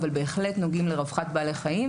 אבל בהחלט נוגעים לרווחת בעלי חיים,